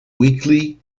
weekly